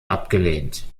abgelehnt